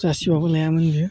जासिबाबो लायामोन बियो